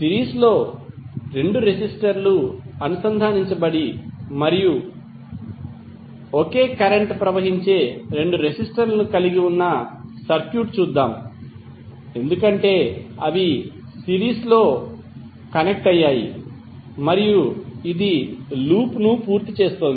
series లో రెండు రెసిస్టర్లు అనుసంధానించబడి మరియు ఒకే కరెంట్ ప్రవహించే రెండు రెసిస్టర్ల కలిగి ఉన్న సర్క్యూట్ చూద్దాం ఎందుకంటే అవి సిరీస్లో కనెక్ట్ అయ్యాయి మరియు ఇది లూప్ను పూర్తి చేస్తోంది